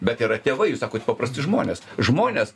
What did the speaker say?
bet yra tėvai jūs sakot paprasti žmonės žmonės